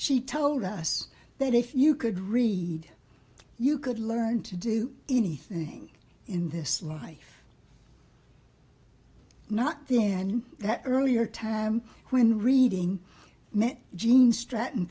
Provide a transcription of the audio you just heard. she told us that if you could read you could learn to do anything in this life not the end in that earlier time when reading meant jean stratton